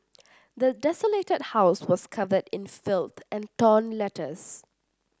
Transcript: the desolated house was covered in filth and torn letters